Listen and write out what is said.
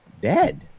dead